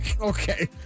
Okay